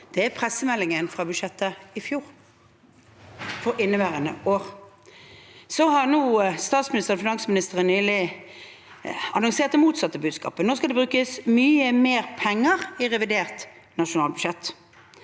Det var pressemeldingen om budsjettet fra i fjor, altså budsjettet for inneværende år. Så har nå statsministeren og finansministeren nylig annonsert det motsatte budskapet. Nå skal det brukes mye mer penger i revidert nasjonalbudsjett.